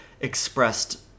expressed